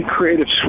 Creative